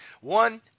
one